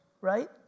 right